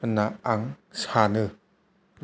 होनना आं सानो